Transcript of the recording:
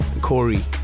Corey